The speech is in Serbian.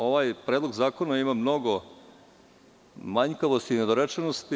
Ovaj predlog zakona ima mnogo manjkavosti i nedorečenosti.